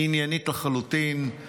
עניינית לחלוטין,